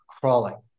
crawling